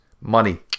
Money